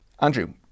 Andrew